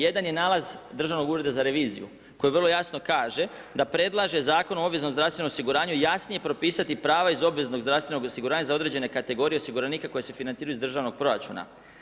Jedan je nalaz Državnog ureda za reviziju koji vrlo jasno kaže da predlaže Zakon o obveznom zdravstvenom osiguranju jasnije propisati prava iz obveznog zdravstvenog osiguranja za određene kategorije osiguranika koji se financiraju iz državnog proračuna.